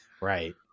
Right